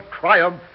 triumph